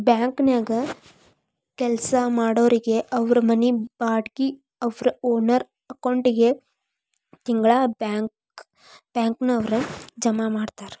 ಬ್ಯಾಂಕನ್ಯಾಗ್ ಕೆಲ್ಸಾ ಮಾಡೊರಿಗೆ ಅವ್ರ್ ಮನಿ ಬಾಡ್ಗಿ ಅವ್ರ್ ಓನರ್ ಅಕೌಂಟಿಗೆ ತಿಂಗ್ಳಾ ಬ್ಯಾಂಕ್ನವ್ರ ಜಮಾ ಮಾಡ್ತಾರ